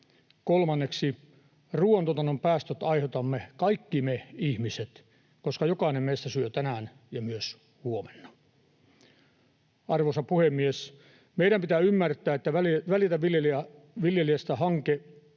Kolmanneksi, ruuantuotannon päästöt aiheutamme kaikki me ihmiset, koska jokainen meistä syö tänään ja myös huomenna. Arvoisa puhemies! Meidän pitää ymmärtää, että Välitä viljelijästä ‑hanke